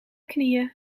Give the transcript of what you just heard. knieën